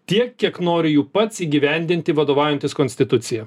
tiek kiek nori jų pats įgyvendinti vadovaujantis konstitucija